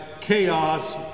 chaos